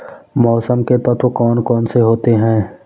मौसम के तत्व कौन कौन से होते हैं?